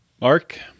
Mark